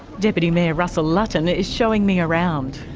deputy mayor russell lutton is showing me around.